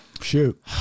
Shoot